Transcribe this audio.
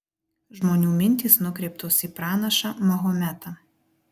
žmonių mintys nukreiptos į pranašą mahometą